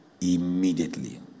Immediately